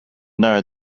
know